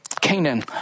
Canaan